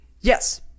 Yes